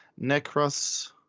Necros